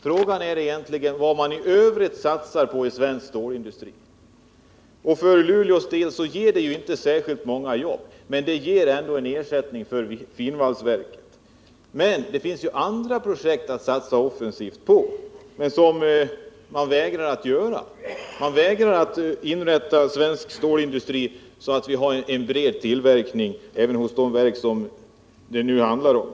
Den stora frågan är vad man i övrigt satsar på inom svensk stålindustri. Och för Luleås del skulle detta verk inte ge särskilt många jobb, även om det skulle vara en ersättning för finvalsverket. Men det finns andra projekt att satsa offensivt på. Men det vägrar man att göra. Man vägrar att inrätta svensk stålindustri så att vi får en bred tillverkning även inom de verk som det nu handlar om.